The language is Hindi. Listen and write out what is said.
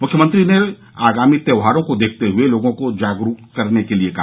मुख्यमंत्री ने आगामी त्यौहारों को देखते हुए लोगों को जागरूक करने के लिये कहा